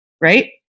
Right